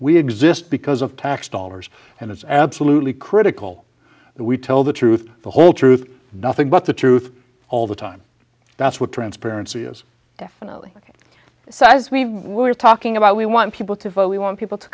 we exist because of tax dollars and it's absolutely critical that we tell the truth the whole truth and nothing but the truth all the time that's what transparency is definitely so as we were talking about we want people to vote we want people to